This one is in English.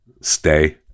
stay